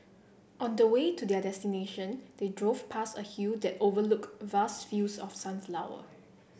on the way to their destination they drove past a hill that overlooked vast fields of sunflower